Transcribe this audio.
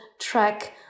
track